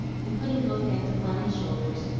and putting both hands upon his shoulders,